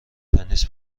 تنیس